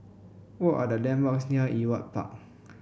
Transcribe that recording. what are the landmarks near Ewart Park